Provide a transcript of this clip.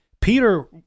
Peter